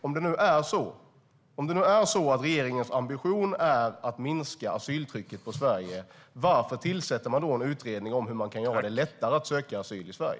Om det nu är så att regeringens ambition är att minska asyltrycket på Sverige, varför tillsätter man en utredning om hur man kan göra det lättare att söka asyl i Sverige?